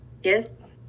yes